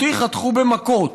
אותי חתכו במכות.